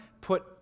put